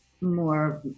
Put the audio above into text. more